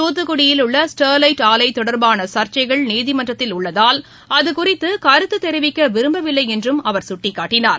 தூத்துக்குடியில் உள்ள ஸ்டெர்லைட் ஆலை தொடர்பான சர்ச்சைகள் நீதிமன்றத்தில் உள்ளதால் அதுகுறித்து கருத்து தெரிவிக்க விரும்பவில்லை என்றும் அவர் சுட்டிக்காட்டினார்